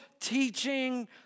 teaching